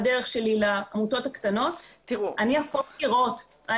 בדרך שלי לעמותות הקטנות אני אהפוך קירות.